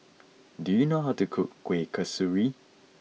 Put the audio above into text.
do you know how to cook Kuih Kasturi